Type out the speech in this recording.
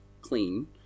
clean